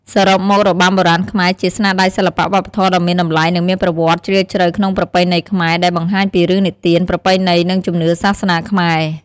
សរុបមករបាំបុរាណខ្មែរ ជាស្នាដៃសិល្បៈវប្បធម៌ដ៏មានតម្លៃ និងមានប្រវត្តិជ្រាលជ្រៅក្នុងប្រពៃណីខ្មែរ ដែលបង្ហាញពីរឿងនិទាន ប្រពៃណី និងជំនឿសាសនាខ្មែរ។